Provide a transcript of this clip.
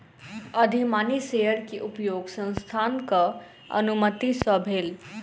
अधिमानी शेयर के उपयोग संस्थानक अनुमति सॅ भेल